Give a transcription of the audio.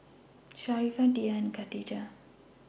Sharifah Dhia and Khatijah